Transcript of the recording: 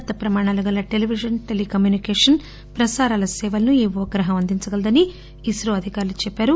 ఉన్న తప్రమాణాలు గల టెలివిజన్ టెలికమ్యూనికేషన్ ప్రసారాల సేవలను ఈ ఉపగ్రహం అందించగలదని ఇస్రో అధికారులు తెలిపారు